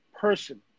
person